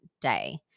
day